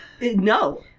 no